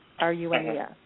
runes